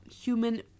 human